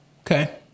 Okay